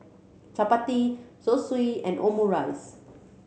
Chapati Zosui and Omurice